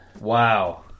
Wow